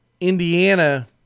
Indiana